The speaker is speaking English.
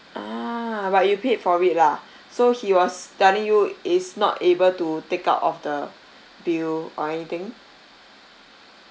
ah but you paid for it lah so he was telling you is not able to take out of the bill or anything